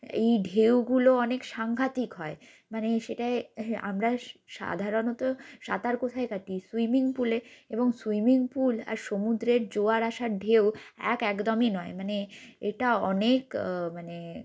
এই ঢেউগুলো অনেক সাংঘাতিক হয় মানে সেটাই আমরা সাধারণত সাঁতার কোথায় কাটি সুইমিং পুলে এবং সুইমিং পুল আর সমুদ্রের জোয়ার আসার ঢেউ এক একদমই নয় মানে এটা অনেক মানে